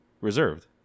reserved